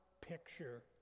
picture